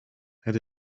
het